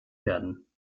werden